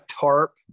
tarp